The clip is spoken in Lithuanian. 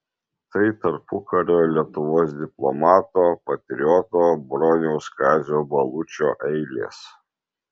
tai tarpukario lietuvos diplomato patrioto broniaus kazio balučio eilės